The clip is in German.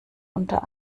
unter